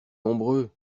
nombreux